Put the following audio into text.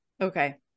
Okay